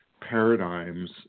paradigms